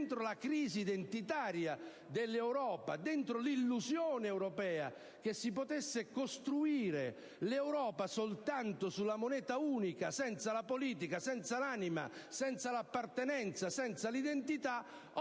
dentro la crisi identitaria dell'Europa, dentro l'illusione europea che si potesse costruire l'Europa soltanto sulla moneta unica senza la politica, l'anima, l'appartenenza e l'identità,